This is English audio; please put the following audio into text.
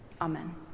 Amen